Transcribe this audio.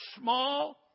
small